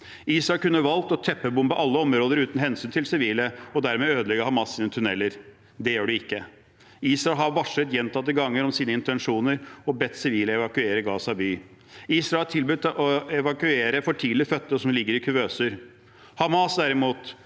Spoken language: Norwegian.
Israel kunne valgt å teppebombe alle områder uten hensyn til sivile og dermed ødelegge Hamas’ tunneler. Det gjør de ikke. Israel har gjentatte ganger varslet om sine intensjoner og bedt sivile evakuere Gaza by. Israel har tilbudt å evakuere for tidlig fødte som ligger i kuvøse. Hamas valgte